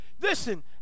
Listen